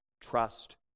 trust